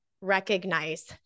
recognize